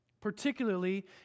particularly